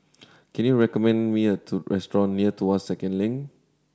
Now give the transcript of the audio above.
can you recommend me a to restaurant near Tuas Second Link